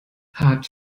hat